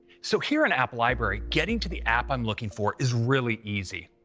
so here in app library, getting to the app i'm looking for is really easy.